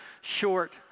short